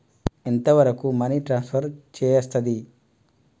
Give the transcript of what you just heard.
ఎంత వరకు money transfer చేయస్తది?